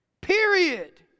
Period